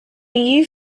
you